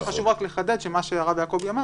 מה שחשוב לחדד זה מה שהרב יעקבי אמר,